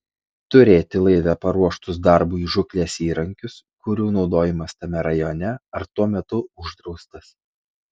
turėti laive paruoštus darbui žūklės įrankius kurių naudojimas tame rajone ar tuo metu uždraustas